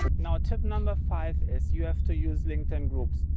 now tip number five is you have to use linkedin groups.